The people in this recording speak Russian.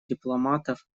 дипломатов